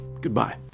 goodbye